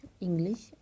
english